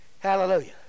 Hallelujah